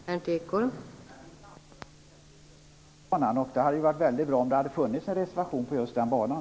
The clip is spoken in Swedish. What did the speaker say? Fru talman! Mitt anförande gällde ju Götalandsbanan, och då hade det varit väldigt bra om det hade funnits en reservation om just den banan.